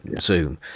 zoom